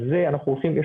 על זה אנחנו הולכים.